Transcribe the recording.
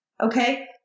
Okay